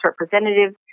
representatives